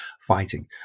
fighting